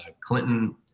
Clinton